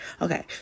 Okay